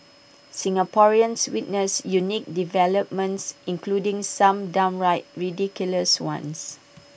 Singaporeans witnessed unique developments including some downright ridiculous ones